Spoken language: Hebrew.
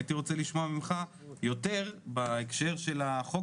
הייתי רוצה לשמוע ממך יותר בהקשר של החוק